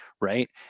Right